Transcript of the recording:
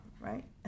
right